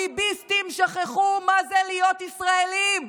הביביסטים שכחו מה זה להיות ישראלים.